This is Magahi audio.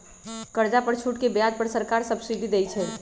कर्जा पर छूट के ब्याज पर सरकार सब्सिडी देँइ छइ